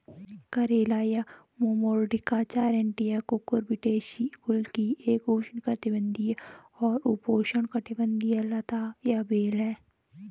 करेला या Momordica charantia Cucurbitaceae कुल की एक उष्णकटिबंधीय और उपोष्णकटिबंधीय लता या बेल है